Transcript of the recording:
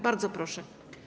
Bardzo proszę.